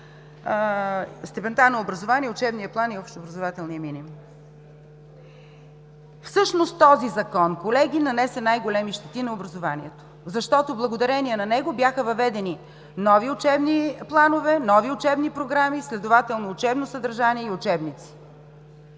степента на образование, учебния план и общообразователния минимум. Всъщност този Закон, колеги, нанесе най-големи щети на образованието, защото благодарение на него бяха въведени нови учебни планове, нови учебни програми, следователно учебно съдържание и учебници.